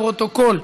לפרוטוקול.